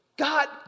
God